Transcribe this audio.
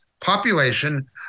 population